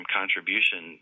contribution